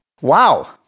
wow